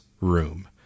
room